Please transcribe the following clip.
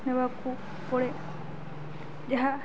ନେବାକୁ ପଡ଼େ ଯାହା